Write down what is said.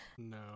No